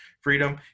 Freedom